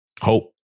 Hope